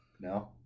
No